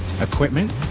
equipment